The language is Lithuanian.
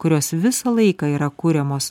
kurios visą laiką yra kuriamos